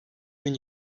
bin